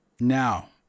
Now